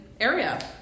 area